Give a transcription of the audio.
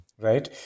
right